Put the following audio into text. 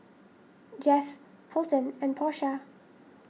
Jeff Fulton and Porsha